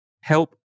help